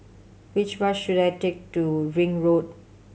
which bus should I take to Ring Road